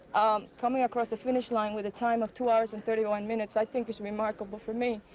coming across the finish line with a time of two hours and thirty one minutes, i think it's remarkable for me.